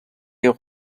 des